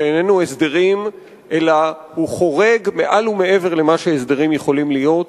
שאיננו הסדרים אלא הוא חורג ומעל ומעבר למה שהסדרים יכולים להיות,